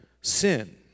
sin